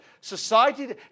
society